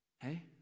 Hey